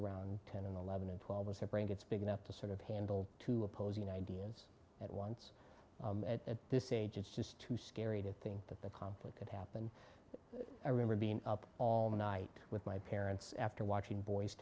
around ten and eleven and twelve years their brain gets big enough to sort of handle two opposing ideas at once at this age it's just too scary to think that the conflict that happened i remember being up all night with my parents after watching boys